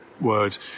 word